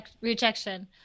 rejection